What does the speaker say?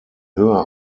höher